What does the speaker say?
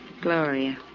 Gloria